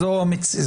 זו לא עמדה,